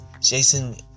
Jason